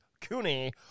Cooney